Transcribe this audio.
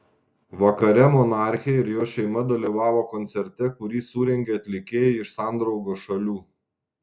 vakare monarchė ir jos šeima dalyvavo koncerte kurį surengė atlikėjai iš sandraugos šalių